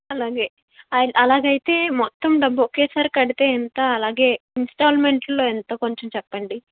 అలాగే అలాగ అయితే మొత్తం డబ్బు ఒకేసారి కడితే ఎంత అలాగే ఇన్స్టాల్మెంట్ల్లో ఎంత కొంచెం చెప్పండి